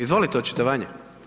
Izvolite očitovanje.